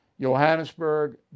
Johannesburg